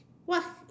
what